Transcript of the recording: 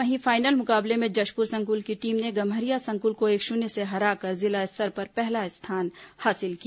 वहीं फाइनल मुकाबले में जशपुर संकुल की टीम ने गम्हरिया संकुल को एक शून्य से हराकर जिला स्तर पर पहला स्थान हासिल किया